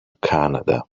canada